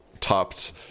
topped